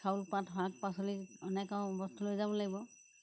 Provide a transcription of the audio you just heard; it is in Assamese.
চাউল পাত শাক পাচলি অনেক আৰু বস্তু লৈ যাব লাগিব